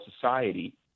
society